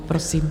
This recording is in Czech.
Prosím.